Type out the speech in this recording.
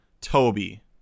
Toby